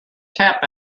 tap